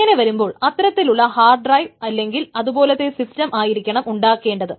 അങ്ങനെ വരുമ്പോൾ അത്തരത്തിലുള്ള ഹാർഡ് ഡ്രൈവ് അല്ലെങ്കിൽ അതുപോലത്തെ സിസ്റ്റം ആയിരിക്കണം ഉണ്ടാക്കേണ്ടത്